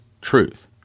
truth